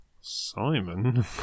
Simon